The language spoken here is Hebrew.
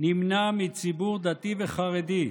נמנע מציבור דתי וחרדי,